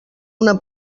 una